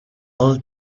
all